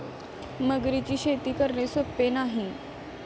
मगरींची शेती करणे सोपे नाही